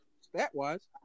stat-wise